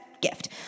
gift